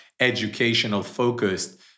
educational-focused